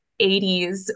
80s